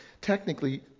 Technically